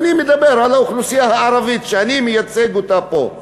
ואני מדבר על האוכלוסייה הערבית שאני מייצג אותה פה.